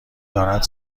دارد